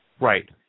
Right